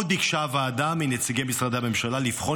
עוד ביקשה הוועדה מנציגי משרדי הממשלה לבחון